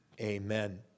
Amen